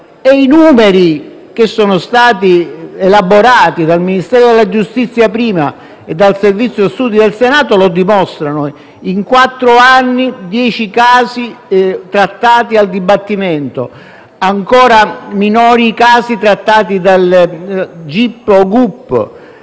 e i numeri che sono stati elaborati - dal Ministero della giustizia prima e dal Servizio studi del Senato poi - lo dimostrano: in quattro anni dieci casi trattati al dibattimento. Ancora minori i casi trattati dal gip o dal